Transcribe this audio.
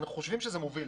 אנחנו חושבים שזה מוביל.